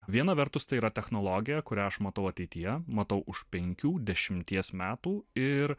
viena vertus tai yra technologija kurią aš matau ateityje matau už penkių dešimties metų ir